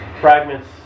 fragments